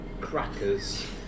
crackers